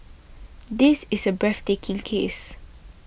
this is a breathtaking case